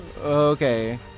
Okay